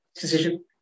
decision